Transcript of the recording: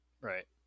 Right